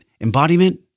embodiment